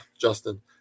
Justin –